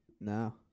No